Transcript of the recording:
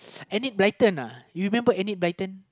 Enid-Blytonuhyou remember Enid-Blyton